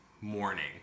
morning